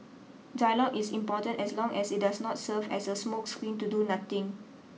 dialogue is important as long as it does not serve as a smokescreen to do nothing